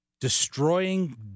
destroying